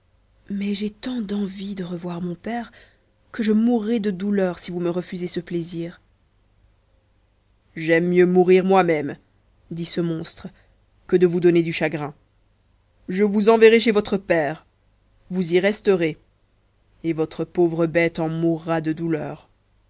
mais j'ai tant d'envie de revoir mon père que je mourrai de douleur si vous me refusez ce plaisir j'aime mieux mourir moi-même dit ce monstre que de vous donner du chagrin je vous enverrai chez votre père vous y resterez et votre pauvre bête en mourra de douleur